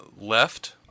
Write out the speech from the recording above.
left